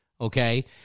Okay